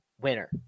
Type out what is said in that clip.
winner